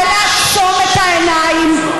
ולעצום את העיניים,